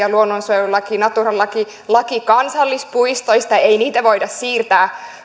luonnonsuojelulaki natura laki laki kansallispuistoista ei niitä voida siirtää